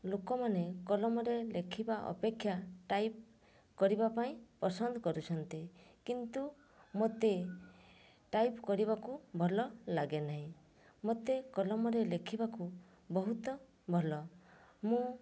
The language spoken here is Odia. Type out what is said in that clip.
ଲୋକମାନେ କଲମରେ ଲେଖିବା ଅପେକ୍ଷା ଟାଇପ୍ କରିବାପାଇଁ ପସନ୍ଦ କରୁଛନ୍ତି କିନ୍ତୁ ମୋତେ ଟାଇପ୍ କରିବାକୁ ଭଲ ଲାଗେନାହିଁ ମୋତେ କଲମରେ ଲେଖିବାକୁ ବହୁତ ଭଲ ମୁଁ